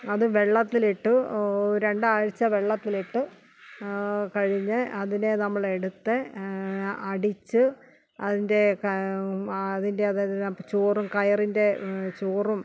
അത് വെള്ളത്തിലിട്ട് രണ്ടാഴ്ച വെള്ളത്തിലിട്ട് കഴിഞ്ഞ് അതിനെ നമ്മളെടുത്ത് അടിച്ച് അതിന്റെ ക അതിന്റെ അതെല്ലാം ചോറും കയറിന്റെ ചോറും